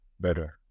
better